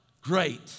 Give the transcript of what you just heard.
great